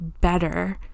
better